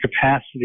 capacity